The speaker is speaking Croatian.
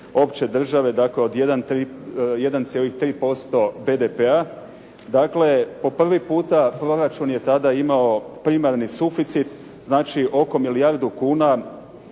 opće države, dakle od 1,3% BDP-a. Dakle, po prvi puta proračun je tada imao primarni suficit, znači oko milijardu kuna